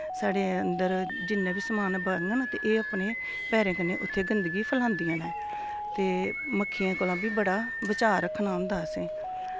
साढ़े अंदर जिन्ने बी समान बौह्ङन एह् अपने पैरें कन्नै उत्थे गंदगी फैलांदियां न ते मक्खियें कोला बी बड़ा बचाऽ रक्खना होंदा असें